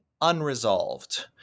unresolved